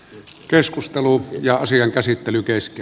keskustelu ja asian käsittely kesti